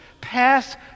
pass